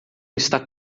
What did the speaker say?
está